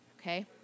Okay